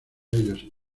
ellos